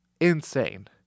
insane